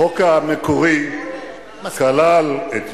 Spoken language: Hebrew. החוק המקורי כלל את יו"ש,